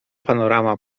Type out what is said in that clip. panorama